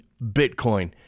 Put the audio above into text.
Bitcoin